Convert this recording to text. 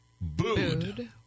Booed